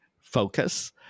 focus